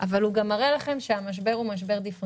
אבל הוא מראה לכם גם שהמשבר הוא דיפרנציאלי.